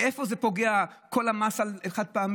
איפה זה פוגע, כל המס על החד-פעמי?